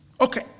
Okay